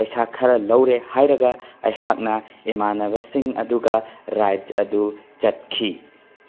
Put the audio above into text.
ꯄꯩꯁꯥ ꯈꯔ ꯂꯧꯔꯦ ꯍꯥꯏꯔꯒ ꯑꯩꯍꯥꯛꯅ ꯏꯃꯥꯟꯅꯕꯁꯤꯡ ꯑꯗꯨꯒ ꯔꯥꯏꯠ ꯑꯗꯨ ꯆꯠꯈꯤ